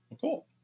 Cool